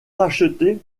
racheté